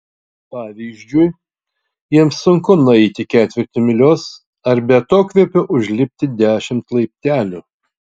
pavyzdžiui jiems sunku nueiti ketvirtį mylios ar be atokvėpio užlipti dešimt laiptelių